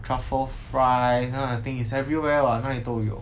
truffle fries kind of thing is everywhere what 哪里都有